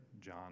John